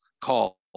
call